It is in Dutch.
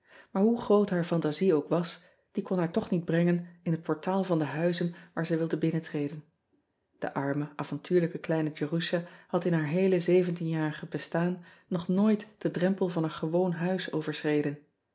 aar hoe groot haar fantasie ook was die kon haar toch niet brengen in het portaal van de huizen waar zij wilde binnentreden e arme avontuurlijke kleine erusha had in haar heele zeventienjarig bestaan nog nooit den drempel van een gewoon huis overschreden